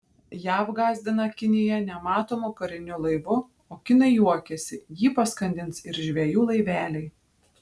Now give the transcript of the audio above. jav gąsdina kiniją nematomu kariniu laivu o kinai juokiasi jį paskandins ir žvejų laiveliai